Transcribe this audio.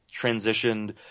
transitioned